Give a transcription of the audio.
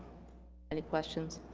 any questions?